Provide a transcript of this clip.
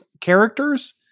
characters